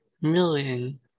million